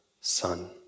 son